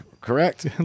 correct